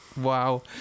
Wow